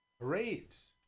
parades